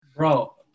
Bro